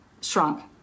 shrunk